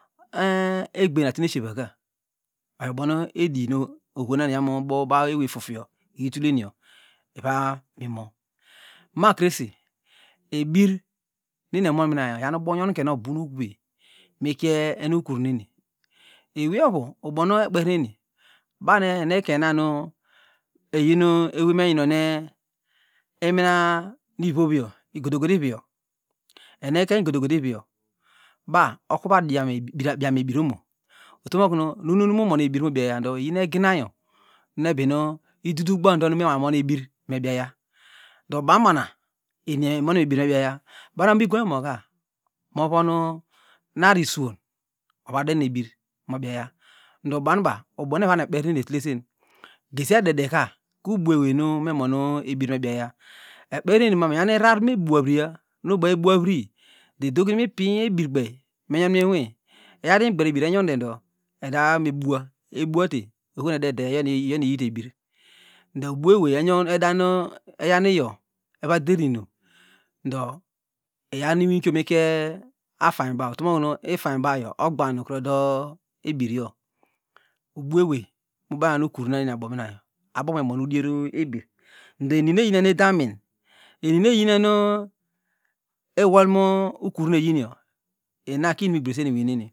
E- enh egbeinuatumeshievaka oyo bono edinu egbonanu eyaw bo baw ewey fufuyo iyi tulenoyo ivam mimon makrese ebirmeniemonmina oyam ubongokenuobunkwey mi kie enu ukurunina eweyvou ubomu ekperneni banu enekeinynanu eyinu eweynu menginoni iminani vovyo igodogo ivivyo enuekeiny igodogo ivivyo ba okuva da biam ebiromo utomokunu nunumon ebirmubiaya do eyin eginayo nuebinu idudukuba ndo enwha monebir ebiaya ndo banbana eniemon ebirmubiaya bana omigoiny omoka movon nara iswon ovoden ebir mobiaya ndo banuba bonu evanekperinenietulesen ebirmebiaye ekperneni mornu engaararnu muebuavriya nunavri do edogimi impiriny ebirkpeny menyon miniwin agawte imigber ebirkpeny ebir enyonto do edamebus ebuate ohom edeya iyonu ogit ebir ndo ubuatewey eny eda eyo evoderinum ndo iyaw nu inwiko mikie afamgbaw utomokunu ifamgbaw ogbanu odo ebirgo ubua ewey baman ukarnannuebaminago abokuru emonudie ebir ndo enimu eyimenudamin eninu eyimenu ewolokumu ukurunina eyinio ina kinumnumigbreseniinurieni